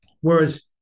Whereas